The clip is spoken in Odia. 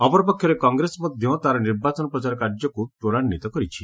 ଅପରପକ୍ଷରେ କଂଗ୍ରେସ ମଧ୍ୟ ତା'ର ନିର୍ବାଚନ ପ୍ରଚାର କାର୍ଯ୍ୟକୁ ତ୍ୱରାନ୍ୱିତ କରିଛି